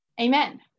Amen